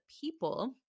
people